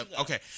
Okay